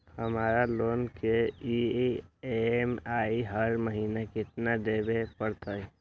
हमरा लोन के ई.एम.आई हर महिना केतना देबे के परतई?